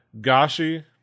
Gashi